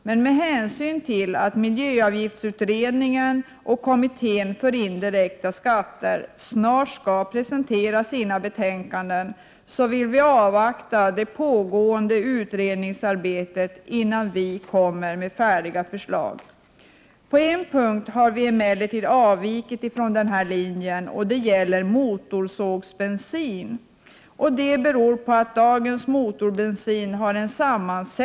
Men med hänsyn till att miljöavgiftsutredningen och kommittén för indirekta skatter snart skall presentera sina betänkanden, vill vi avvakta det pågående utredningsarbetet innan vi kommer med färdiga förslag. På en punkt har vi emellertid avvikit från denna linje, och det gäller motorsågsbensin. Det beror på att dagens motorbensin har en sammansätt Prot.